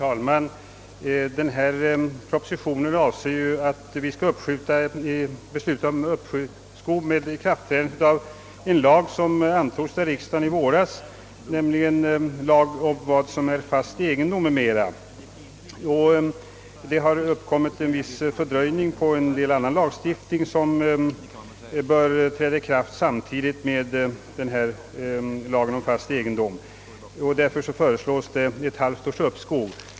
Herr talman! I den proposition som behandlas i föreliggande utskottsutlåtande föreslås att tidpunkten för ikraftträdandet av lagen om vad som är fast egendom och lagen om företagsinteckning samt vissa lagar som anknyter till dessa lagar skall ändras från den 1 januari 1967 till den 1 juli samma år.